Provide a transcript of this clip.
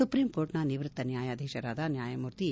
ಸುಪ್ರೀಂಕೋರ್ಟ್ನ ನಿವೃತ್ತ ನ್ಯಾಯಾಧೀಶರಾದ ನ್ಯಾಯಮೂರ್ತಿ ಎ